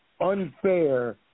unfair